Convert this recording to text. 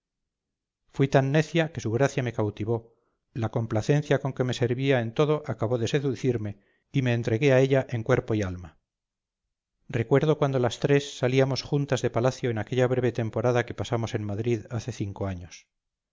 fui tan necia que su gracia me cautivó la complacencia con que me servía en todo acabó de seducirme y me entregué a ella en cuerpo y alma a ella recuerdo cuando las tres salíamos juntas de palacio en aquella breve temporada que pasamos en madrid hace cinco años